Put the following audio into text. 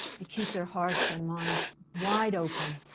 to keep their hearts and minds wide open,